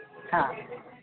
हा